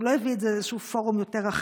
הוא לא הביא את זה לאיזשהו פורום יותר רחב,